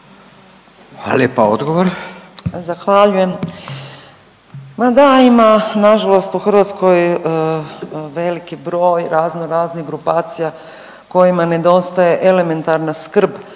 Urša (Možemo!)** Zahvaljujem. Ma da, ima nažalost u Hrvatskoj veliki broj raznoraznih grupacija kojima nedostaje elementarna skrb